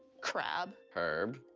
crab. herb.